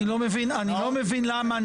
אני לא מבין למה אתה,